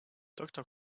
doctor